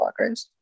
blockers